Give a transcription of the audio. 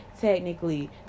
technically